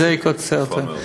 טוב מאוד.